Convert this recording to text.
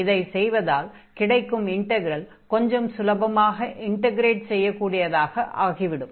இதைச் செய்வதால் கிடைக்கும் இன்டக்ரல் கொஞ்சம் சுலபமாக இன்டக்ரேட் செய்யக் கூடியதாக ஆகிவிடும்